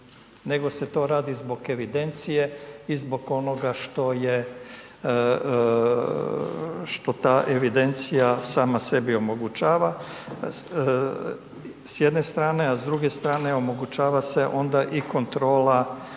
nego se to radi zbog evidencije i zbog onoga što je, što ta evidencija sama sebi omogućava s jedne strane, a s druge strane omogućava se onda i kontrola